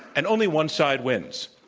and only one side wins.